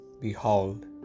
Behold